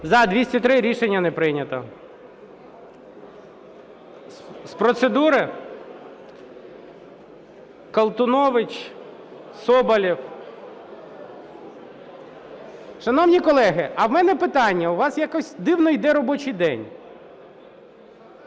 За-203 Рішення не прийнято. З процедури? Колтунович, Соболєв. Шановні колеги, а в мене питання: у вас якось дивно йде робочий день.